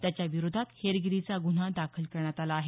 त्याच्या विरोधात हेरगिरीचा गुन्हा दाखल करण्यात आला आहे